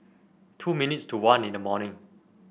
two minutes to one in the morning